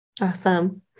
Awesome